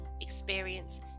experience